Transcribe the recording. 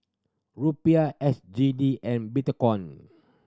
Rupiah S G D and Bitcoin